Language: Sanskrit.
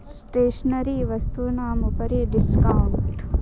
स्टेश्नरी वस्तूनाम् उपरि डिस्कौण्ट्